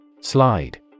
Slide